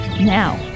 now